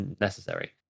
necessary